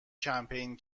کمپین